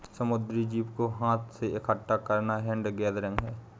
समुद्री जीव को हाथ से इकठ्ठा करना हैंड गैदरिंग है